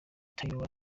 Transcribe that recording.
tiller